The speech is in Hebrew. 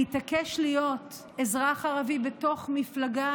להתעקש להיות אזרח ערבי בתוך מפלגה